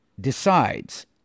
decides